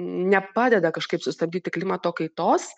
nepadeda kažkaip sustabdyti klimato kaitos